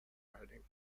riding